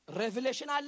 revelation